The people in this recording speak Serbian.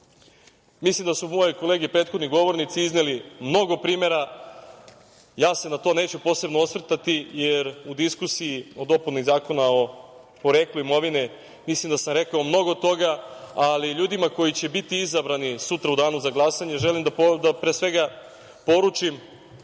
mislim da su moje kolege prethodni govornici izneli mnogo primera, ja se na to se neću posebno osvrtati, jer u diskusiji o dopuni Zakona o poreklu imovine, mislim da sam rekao mnogo toga, ali ljudima koji će biti izabrani sutra u danu za glasanje, želim da, pre svega, poručim